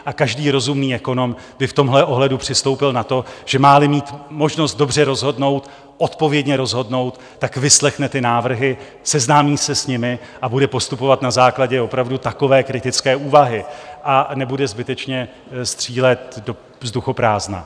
A každý rozumný ekonom by v tomhle ohledu přistoupil na to, že máli mít možnost dobře rozhodnout, odpovědně rozhodnout, tak vyslechne ty návrhy, seznámí se s nimi a bude postupovat na základě opravdu takové kritické úvahy a nebude zbytečně střílet do vzduchoprázdna.